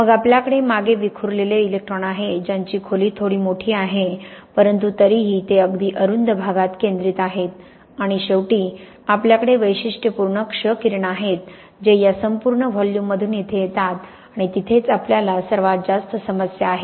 मग आपल्याकडे मागे विखुरलेले इलेक्ट्रॉन आहेत ज्यांची खोली थोडी मोठी आहे परंतु तरीही ते अगदी अरुंद भागात केंद्रित आहेत आणि शेवटी आपल्याकडे वैशिष्ट्यपूर्ण क्ष किरण आहेत जे या संपूर्ण व्हॉल्यूममधून येथे येतात आणि तिथेच आपल्याला सर्वात जास्त समस्या आहे